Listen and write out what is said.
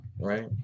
Right